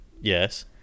Yes